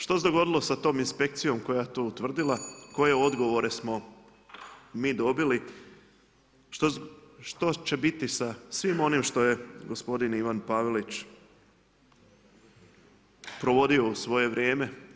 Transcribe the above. Što se dogodilo sa tom inspekcijom koja je to utvrdila koje odgovore smo mi dobili, što će biti sa svim onim što je gospodin Ivan Pavelić provodio u svoje vrijeme?